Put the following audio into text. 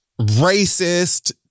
racist